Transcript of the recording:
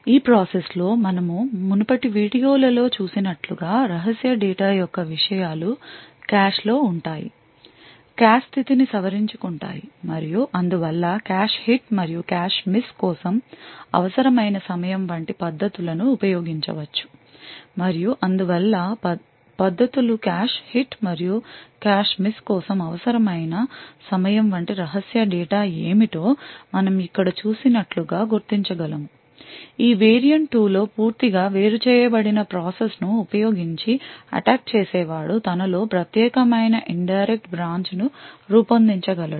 ఈ ప్రాసెస్ లో మనము మునుపటి వీడియోలలో చూసినట్లుగా రహస్య డేటా యొక్క విషయాలు కాష్లో ఉంటాయి కాష్ స్థితిని సవరించుకుంటాయి మరియు అందువల్ల కాష్ హిట్ మరియు కాష్ మిస్ కోసం అవసరమైన సమయం వంటి పద్ధతులను ఉపయోగించవచ్చు మరియు అందువల్ల పద్ధతు లు కాష్ హిట్ మరియు కాష్ మిస్ కోసం అవసరమైన సమయం వంటి రహస్య డేటా ఏమిటో మనం ఇక్కడ చూసినట్లుగా గుర్తించగలము ఈ వేరియంట్ 2 లో పూర్తిగా వేరు చేయబడిన ప్రాసెస్ ను ఉపయోగించి అటాక్ చేసేవాడు తనలో ప్రత్యేకమైన ఇన్ డైరెక్ట్ బ్రాంచ్ ను రూపొందించగలడు